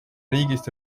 riigist